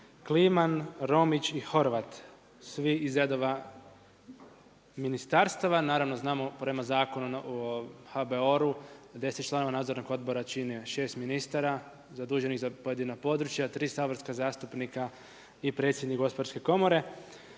Kliman, Romić i Horvat svi iz redova ministarstava. Naravno znamo prema Zakonu o HBOR-u, 10 je članova nadzornog odbora čine šest ministara zaduženih za pojedina područja, tri saborska zastupnika i predsjednik Gospodarske komore.